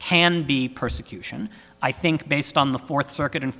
be persecution i think based on the fourth circuit and